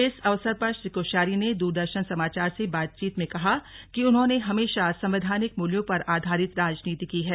इस अवसर पर श्री कोश्यारी ने दूरदर्शन समाचार से बातचीत में कहा कि उन्होंने हमेशा संवैधानिक मूल्यों पर आधारित राजनीति की है